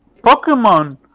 Pokemon